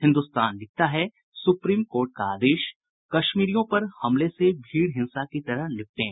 हिन्दुस्तान लिखता है supreme court का आदेश कश्मीरियों पर हमले से भीड़ हिंसा की तरह निपटे